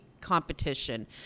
competition